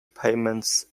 payments